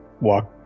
walk